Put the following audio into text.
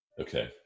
Okay